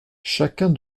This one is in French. chacun